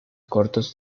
cortos